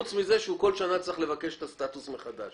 חוץ מזה שהוא כל שנה צריך לבקש את הסטטוס מחדש.